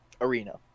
arena